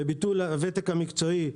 בביטול הוותק המקצועי,